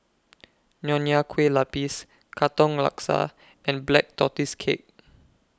Nonya Kueh Lapis Katong Laksa and Black Tortoise Cake